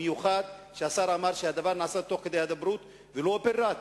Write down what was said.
במיוחד שהשר אמר שהדבר נעשה תוך כדי הידברות ולא פירט,